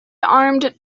armed